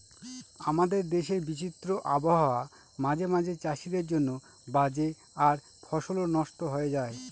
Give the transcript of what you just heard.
আমাদের দেশের বিচিত্র আবহাওয়া মাঝে মাঝে চাষীদের জন্য বাজে আর ফসলও নস্ট হয়ে যায়